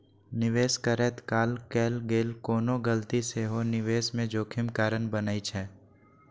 निवेश करैत काल कैल गेल कोनो गलती सेहो निवेश मे जोखिम कारण बनै छै